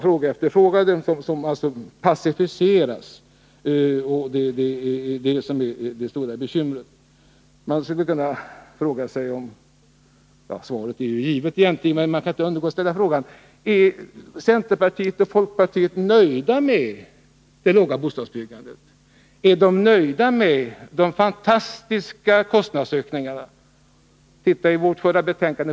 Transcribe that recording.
Frågorna har passiverats, och det är det som är det stora bekymret. Svaret är egentligen givet, men man kan inte underlåta att ställa frågan: Är centerpartiet och folkpartiet nöjda med det låga bostadsbyggandet? Är de nöjda med de fantastiska kostnadsökningarna? Se i vårt förra betänkande!